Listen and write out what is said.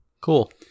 Cool